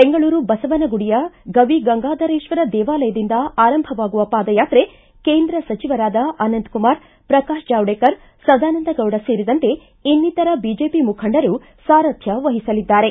ಬೆಂಗಳೂರು ಬಸವನಗುಡಿ ಗವಿ ಗಂಗಾಧರೇಶ್ವರ ದೇವಾಲಯದಿಂದ ಆರಂಭವಾಗುವ ಪಾದಯಾತ್ರೆಗೆ ಕೇಂದ್ರ ಸಚಿವರಾದ ಅನಂತಕುಮಾರ ಪ್ರಕಾಶ ಜಾವ್ನೇಕರ್ ಸದಾನಂದಗೌಡ ಸೇರಿದಂತೆ ಇನ್ನಿತರ ಬಿಜೆಪಿ ಮುಖಂಡರು ಸಾರಥ್ಯ ವಹಿಸಲಿದ್ದಾರೆ